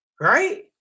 right